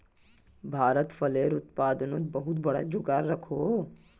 भारत फलेर उत्पादनोत बहुत बड़का जोगोह राखोह